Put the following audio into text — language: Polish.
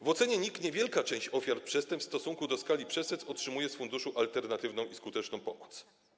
W ocenie NIK niewielka część ofiar przestępstw w stosunku do skali przestępstw otrzymuje z funduszu alternatywną i skuteczną pomoc.